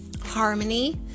harmony